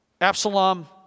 Absalom